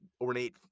ornate